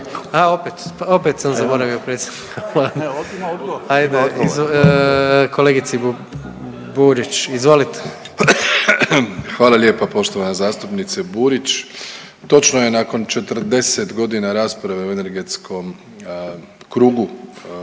Hvala lijepa poštovana zastupnice Burić. Točno je, nakon 40.g. rasprave u energetskom krugu u